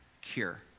cure